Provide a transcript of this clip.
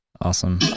Awesome